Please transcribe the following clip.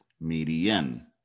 Median